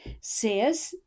says